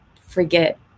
forget